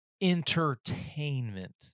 entertainment